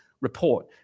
report